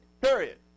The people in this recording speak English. Period